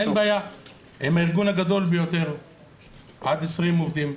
הם הארגון הגדול ביותר עד 20 עובדים.